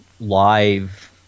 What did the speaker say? live